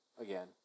again